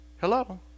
Hello